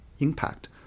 impact